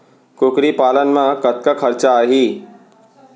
कुकरी पालन म कतका खरचा आही?